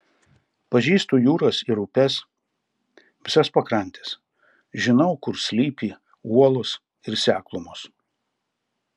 pažįstu jūras ir upes visas pakrantes žinau kur slypi uolos ir seklumos